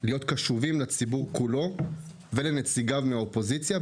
להיות קשובים לציבור כולו ולנציגיו מהאופוזיציה,